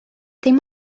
dim